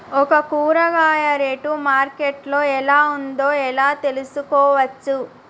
ఒక కూరగాయ rate market లో ఎలా ఉందో ఎలా తెలుసుకోవచ్చు?